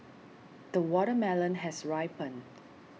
the watermelon has ripened